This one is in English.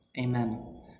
Amen